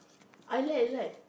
I like I like